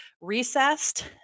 recessed